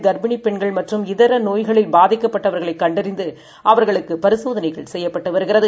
கர்ப்பிணிப்பெண்கள்மற்றும்இதரநோய்களில்பாதிக்கப் பட்டவர்களைகண்டறிந்துஅவர்களுக்குபரிசோதனைகள் செய்துவருகிறார்கள்